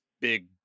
big